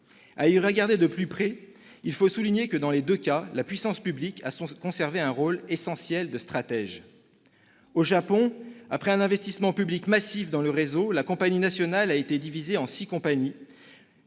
À y regarder de plus près, il faut souligner que, dans les deux cas, la puissance publique a conservé un rôle essentiel de stratège. Au Japon, après un investissement public massif dans le réseau, la compagnie nationale a été divisée en six compagnies